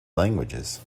languages